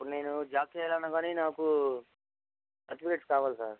ఇప్పుడు నేను జాబ్ చేయాలన్న కానీ నాకు సర్టిఫికేట్స్ కావాలి సార్